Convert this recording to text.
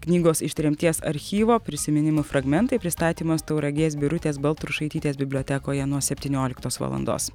knygos iš tremties archyvo prisiminimų fragmentai pristatymas tauragės birutės baltrušaitytės bibliotekoje nuo septynioliktos valandos